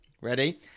ready